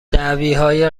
دعویهای